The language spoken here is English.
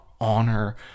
honor